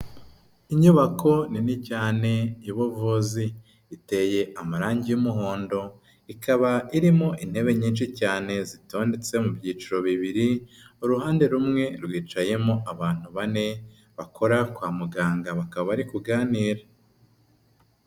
Inyubako nini cyane y'ubuvuzi, iteye amarangi y'umuhondo, ikaba irimo intebe nyinshi cyane zitondetse mu byiciro bibiri, uruhande rumwe rwicayemo abantu bane bakora kwa muganga, bakaba bari kuganira.